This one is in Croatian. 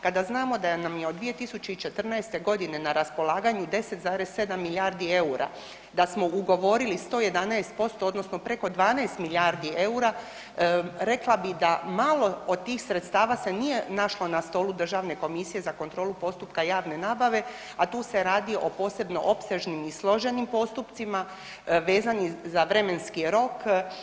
Kada znamo da nam je od 2014. godine na raspolaganju 10,7 milijardi eura, da smo ugovorili 111%, odnosno preko 12 milijardi eura rekla bih da malo od tih sredstava se nije našlo na stolu Državne komisije za kontrolu postupka javne nabave, a tu se radi o posebno opsežnim i složenim postupcima vezanim za vremenski rok.